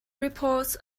reports